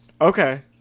Okay